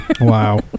Wow